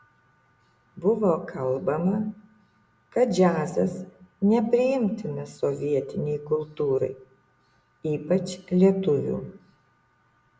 buvo kalbama kad džiazas nepriimtinas sovietinei kultūrai ypač lietuvių